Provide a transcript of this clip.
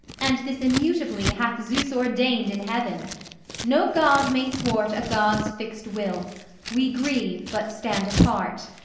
and this immutably hath zeus ordained in heaven no god may thwart a god's fixed will we grieve but stand apart.